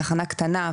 תחנה קטנה,